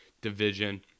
division